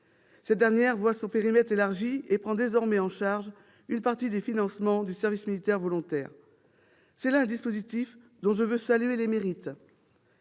voit en effet son périmètre élargi et prend désormais en charge une partie des financements du service militaire volontaire. C'est là un dispositif dont je veux saluer les mérites.